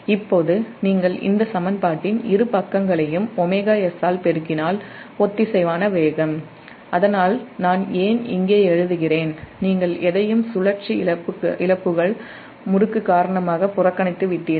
இப்போது நீங்கள் இந்த சமன்பாட்டின் இரு பக்கங்களையும் ωs ஆல் பெருக்கினால் ஒத்திசைவான வேகம் அதனால் நான் ஏன் இங்கே எழுதுகிறேன் நீங்கள் எதையும் சுழற்சி இழப்புகள் முறுக்கு காரணமாக புறக்கணித்துவிட்டீர்கள்